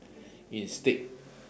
in states